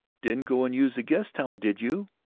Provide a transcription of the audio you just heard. didn't go and use the guest-towel, did you?